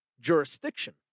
jurisdiction